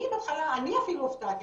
אני אפילו הופתעתי,